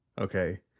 Okay